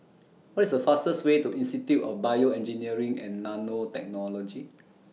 What IS The fastest Way to Institute of Bioengineering and Nanotechnology